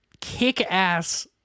kick-ass